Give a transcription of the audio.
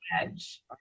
edge